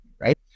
right